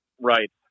Right